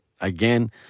again